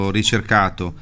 ricercato